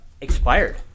expired